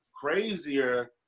crazier